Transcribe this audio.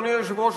אדוני היושב-ראש,